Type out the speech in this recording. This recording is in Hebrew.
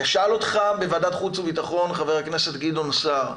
שאל אותך בוועדת חוץ וביטחון חבר הכנסת גדעון סער,